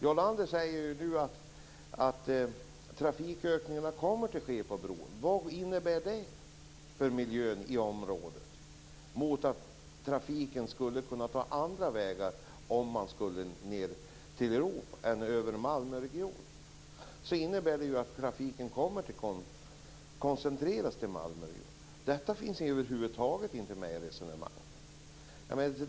Jarl Lander säger att det kommer att bli trafikökningar på bron. Vad innebär det för miljön i området att trafiken kommer att koncentreras till Malmöregionen i stället för att ta andra vägar ned till Europa? Detta finns över huvud taget inte med i resonemanget.